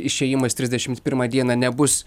išėjimas trisdešimt pirmą dieną nebus